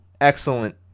excellent